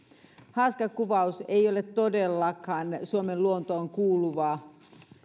haaskakuvaus ei ole todellakaan suomen luontoon kuuluva